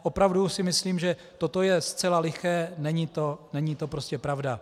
Opravdu si myslím, že toto je zcela liché, není to prostě pravda.